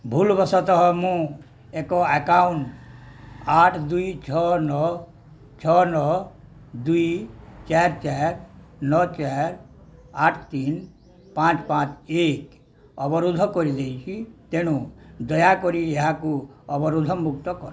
ଭୁଲ ବଶତଃ ମୁଁ ଏକ ଆକାଉଣ୍ଟ ଆଠ ଦୁଇ ଛଅ ନଅ ଛଅ ନଅ ଦୁଇ ଚାରି ଚାରି ନଅ ଚାରି ଆଠ ତିନି ପାଞ୍ଚ ପାଞ୍ଚ ଏକ ଅବରୋଧ କରିଦେଇଛି ତେଣୁ ଦୟାକରି ଏହାକୁ ଅବରୋଧମୁକ୍ତ କର